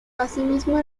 asimismo